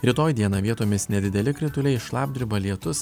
rytoj dieną vietomis nedideli krituliai šlapdriba lietus